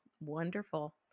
wonderful